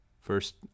First